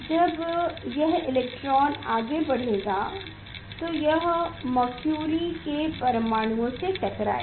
जब यह इलेक्ट्रॉन आगे बढ़ेगा तो यह मरक्युरि के परमाणुओं से टकराएगा